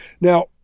Now